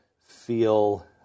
feel